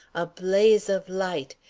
a blaze of light,